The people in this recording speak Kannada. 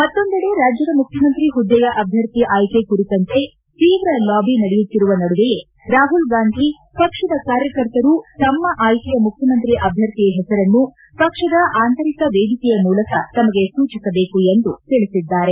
ಮತ್ತೊಂದೆಡೆ ರಾಜ್ಯದ ಮುಖ್ಜಮಂತ್ರಿ ಹುದ್ದೆಯ ಅಭ್ವರ್ಥಿ ಆಯ್ತೆ ಕುರಿತಂತೆ ತೀವ್ರ ಲಾಬಿ ನಡೆಯುತ್ತಿರುವ ನಡುವೆಯೇ ರಾಹುಲ್ ಗಾಂಧಿ ಪಕ್ಷದ ಕಾರ್ಯಕರ್ತರು ತಮ್ಮ ಆಯ್ಕೆಯ ಮುಖ್ಚಮಂತ್ರಿ ಅಭ್ಯರ್ಥಿಯ ಹೆಸರನ್ನು ಪಕ್ಷದ ಆಂತರಿಕ ವೇದಿಕೆಯ ಮೂಲಕ ತಮಗೆ ಸೂಚಿಸಬೇಕು ಎಂದು ತಿಳಿಸಿದ್ದಾರೆ